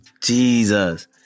Jesus